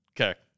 Okay